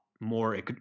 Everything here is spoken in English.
more